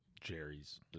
Jerry's